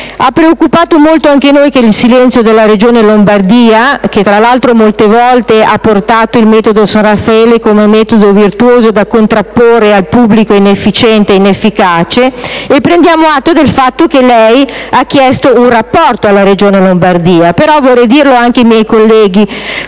Ha preoccupato molto anche noi il silenzio della Regione Lombardia, che tra l'altro ha portato molte volte il metodo San Raffaele come metodo virtuoso da contrapporre al pubblico inefficiente ed inefficace e prendiamo atto del fatto che lei ha chiesto un rapporto alla Regione Lombardia. Vorrei dirlo però anche ai miei colleghi: